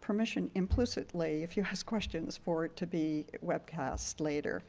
permission implicitly if you ask questions for it to be webcast later.